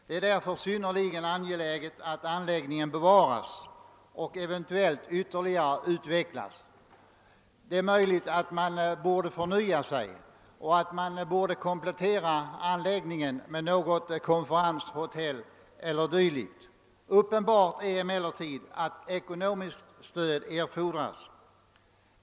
Det är därför synnerligen angeläget att anläggningen bevaras och eventuellt ytterligare utvecklas. Det är möjligt att man borde förnya sig och komplettera anläggningen med något konferenshotell eller dylikt. Uppenbart är emellertid att ekonomiskt stöd erfordras.